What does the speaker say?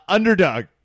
Underdog